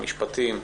משפטים,